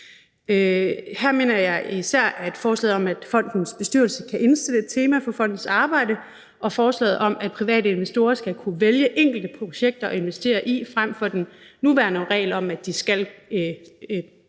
Her mener jeg især, at forslaget om, at fondens bestyrelse kan indstille et tema for fondens arbejde, og forslaget om, at private investorer skal kunne vælge enkelte projekter at investere i frem for den nuværende regel om, at de skal